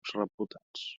reputats